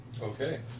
Okay